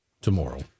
tomorrow